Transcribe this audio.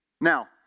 Now